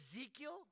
Ezekiel